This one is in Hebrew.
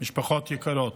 משפחות יקרות,